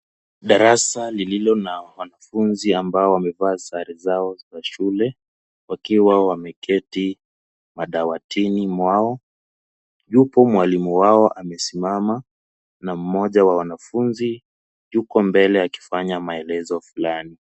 Darasa lililo na wanafunzi ambao wamevaa sare zao za shule, wakiwa wameketi madawatini mwao, yupo mwalimu wao amesimama, na mmoja wa wanafunzi yupo mbele akifanya maelezo fulani.